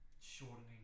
shortening